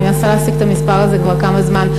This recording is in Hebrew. אני מנסה להשיג את המספר הזה כבר כמה זמן,